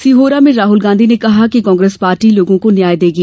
सिहोरा में राहुल गांधी ने कहा कि कांग्रेस पार्टी लोगों को न्याय देगी